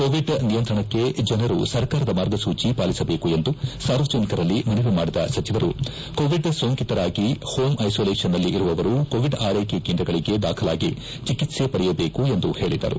Covid ನಿಯಂತ್ರಣಕ್ಕೆ ಜನರು ಸರ್ಕಾರದ ಮಾರ್ಗಸೂಚಿ ಪಾಲಿಸಬೇಕೆಂದು ಸಾರ್ವಜನಿಕರಲ್ಲಿ ಮನವಿ ಮಾಡಿದ ಸಚಿವರು ಕೋವಿಡ್ ಸೋಂಕಿತರಾಗಿ ಹೋಂ ಐಸೋಲೇಷನ್ನಲ್ಲಿ ಇರುವವರು ಕೋವಿಡ್ ಆರೈಕೆ ಕೇಂದ್ರಗಳಿಗೆ ದಾಖಲಾಗಿ ಚಿಕಿತ್ಸೆ ಪಡೆಯಬೇಕು ಎಂದು ಹೇಳಿದರು